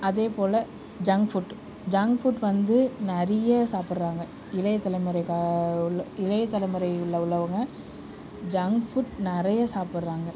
அதேபோல junk food junk food வந்து நிறைய சாப்புடுறாங்க இளைய தலைமுறை இளைய தலைமுறையில் உள்ளவங்கள் ஜங்க் ஃபுட் நிறைய சாப்புடுறாங்க